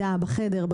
בשיח.